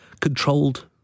controlled